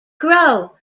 grow